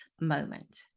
moment